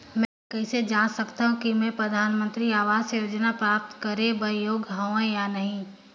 मैं कइसे जांच सकथव कि मैं परधानमंतरी आवास योजना प्राप्त करे बर योग्य हववं या नहीं?